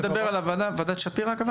אתה מדבר על ועדת שפירא הכוונה?